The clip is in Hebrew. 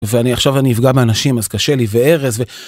ואני עכשיו אני אפגע באנשים אז קשה לי וארז ו...